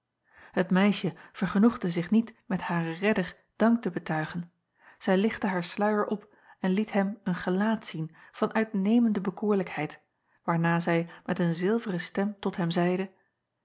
et meisje vergenoegde zich niet met haren redder dank te betuigen zij lichtte haar sluier op en liet hem een gelaat zien van uitnemende bekoorlijkheid waarna zij met een zilveren stem tot hem zeide